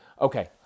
Okay